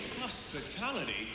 Hospitality